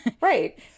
Right